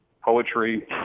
poetry